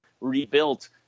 rebuilt